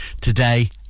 Today